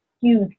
huge